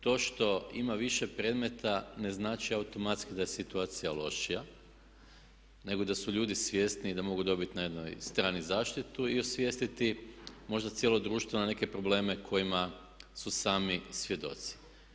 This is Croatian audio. To što ima više predmeta ne znači automatski da je situacija lošija nego da su ljudi svjesniji da mogu dobiti na jednoj strani zaštitu i osvijestiti možda cijelo društvo na neke probleme kojima su sami svjedoci.